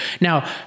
Now